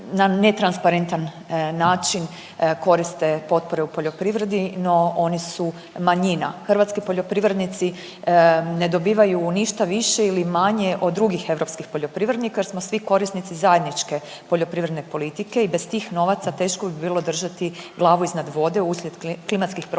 na netransparentan način koriste potpore u poljoprivredi, no oni su manjina. Hrvatski poljoprivrednici ne dobivaju ništa više ili manje od drugih europskih poljoprivrednika jer smo svi korisnici Zajedničke poljoprivredne politike i bez tih novaca teško bi bilo držati glavu iznad vode uslijed klimatskih promjena,